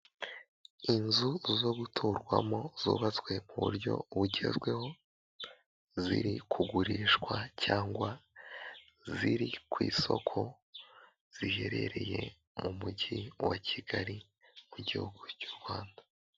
Inzu zo guturwamo zubatswe mu buryo bugezweho, ziri kugurishwa cyangwa ziri ku isoko ziherereye mu mujyi wa Kigali mu gihugu cy'u Rwanda.